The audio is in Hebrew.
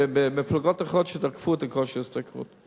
במפלגות אחרות שתקפו בעניין כושר ההשתכרות.